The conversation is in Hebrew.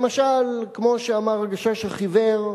למשל, כמו שאמר "הגשש החיוור":